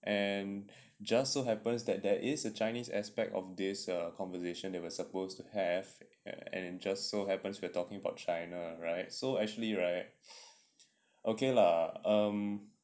and just so happens that there is a chinese aspect of this conversation they were supposed to have and it just so happens we're talking about china right so actually right okay lah um